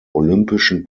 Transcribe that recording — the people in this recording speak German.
olympischen